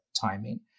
timing